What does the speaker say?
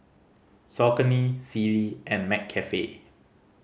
Saucony Sealy and McCafe